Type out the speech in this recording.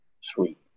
sweet